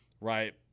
right